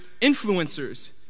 influencers